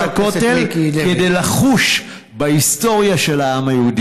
הכותל כדי לחוש בהיסטוריה של העם היהודי,